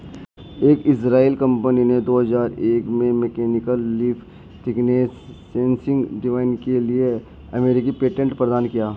एक Israeli company ने दो हजार एक में mechanical leaf thickness sensing device के लिए अमेरिकी पेटेंट प्रदान किया